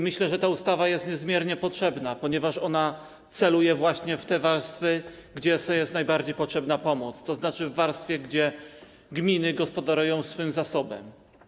Myślę, że ta ustawa jest niezmiernie potrzebna, ponieważ ona celuje właśnie w te warstwy, gdzie jest najbardziej potrzebna pomoc, to znaczy w warstwy, gdzie gminy gospodarują swym zasobem.